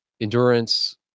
endurance